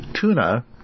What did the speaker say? tuna